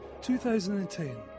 2010